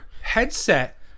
headset